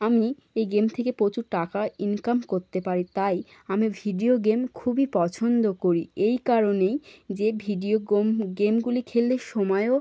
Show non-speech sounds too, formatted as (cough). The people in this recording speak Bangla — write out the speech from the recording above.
আমি এই গেম থেকে প্রচুর টাকা ইনকাম করতে পারি তাই আমি ভিডিও গেম খুবই পছন্দ করি এই কারণেই যে ভিডিও (unintelligible) গেমগুলি খেললে সময়ও